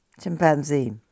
Chimpanzee